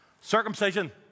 Circumcision